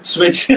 Switch